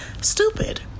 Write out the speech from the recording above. Stupid